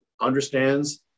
understands